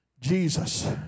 Jesus